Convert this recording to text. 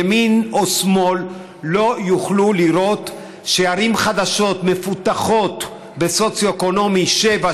ימין או שמאל לא יוכלו לראות שערים חדשות מפותחות בסוציו-אקונומי 7,